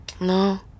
No